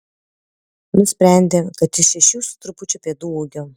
nusprendė kad jis šešių su trupučiu pėdų ūgio